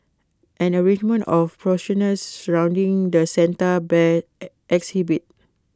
an arrangement of poinsettias surrounding the Santa bear exhibit